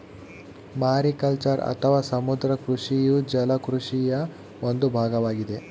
mariculture ಅಥವಾ ಸಮುದ್ರ ಕೃಷಿಯು ಜಲ ಕೃಷಿಯ ಒಂದು ಭಾಗವಾಗಿದೆ